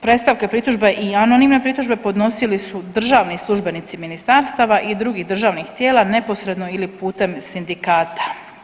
Predstavke, pritužbe i anonimne pritužbe podnosili su državni službenici ministarstava i drugih državnih tijela neposredno ili putem sindikata.